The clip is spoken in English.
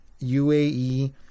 UAE